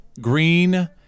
green